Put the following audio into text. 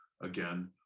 again